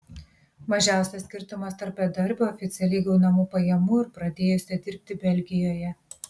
mažiausias skirtumas tarp bedarbio oficialiai gaunamų pajamų ir pradėjusio dirbti belgijoje